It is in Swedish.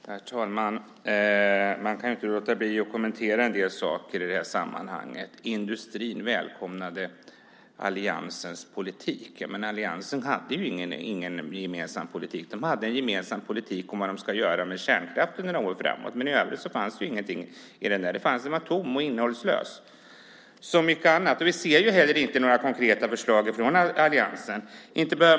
Herr talman! Man kan inte låta bli att kommentera en del saker i det här sammanhanget. Industrin välkomnade alliansens politik, sades det. Alliansen hade ingen gemensam politik. Den hade en gemensam politik om vad de ska göra med kärnkraften några år framåt. I övrigt fanns ingenting i politiken, utan den var tom och innehållslös. Vi ser heller inte några konkreta förslag från alliansen.